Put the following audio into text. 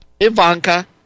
Ivanka